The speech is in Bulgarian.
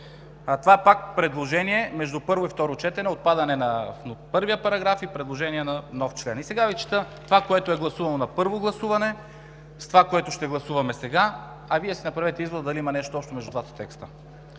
Това е пак предложение между първо и второ четене – отпадане на първия параграф и предложение на нов член. И сега Ви чета това, което е гласувано на първо гласуване, с това, което ще гласуваме сега, а Вие си направете извода дали има нещо общо между двата текста.